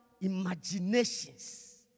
imaginations